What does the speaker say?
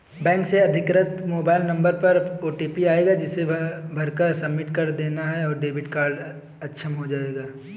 bank से अधिकृत mobile number पर ओटीपी आएगा जिसे भरकर सबमिट कर देना है और डेबिट कार्ड अक्षम हो जाएगा